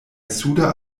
suda